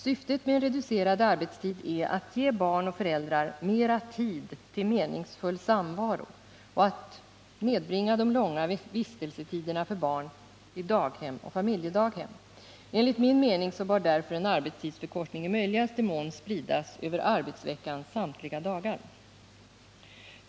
Syftet med en reducerad arbetstid är att ge barn och föräldrar mer tid till meningsfull samvaro och att nedbringa de långa vistelsetiderna för barn i daghem och familjedaghem. Enligt min mening bör därför en arbetstidsförkortning i möjligaste mån spridas över arbetsveckans samtliga dagar.